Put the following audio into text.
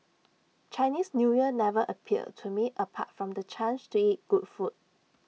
Chinese New Year never appealed to me apart from the chance to eat good food